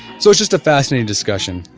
so it's just a fascinating discussion.